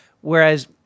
Whereas